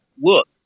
look